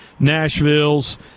Nashvilles